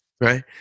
Right